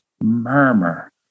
Murmur